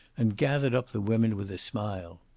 and gathered up the women with a smile.